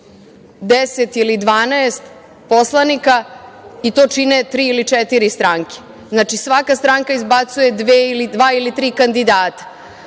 10 ili 12 poslanika i to čine tri ili četiri stranke. Znači, svaka stranka izbacuje dva ili tri kandidata.